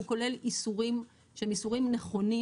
הוא כולל איסורים שהם איסורים נכונים